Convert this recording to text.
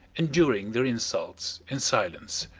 enduring their insults in silence.